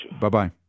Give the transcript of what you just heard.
Bye-bye